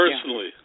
Personally